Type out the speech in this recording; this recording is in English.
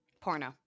porno